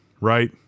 Right